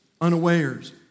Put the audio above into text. unawares